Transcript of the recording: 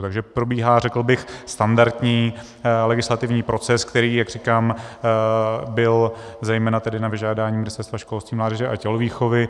Takže probíhá, řekl bych, standardní legislativní proces, který, jak říkám, byl zejména tedy na vyžádání Ministerstva školství, mládeže a tělovýchovy.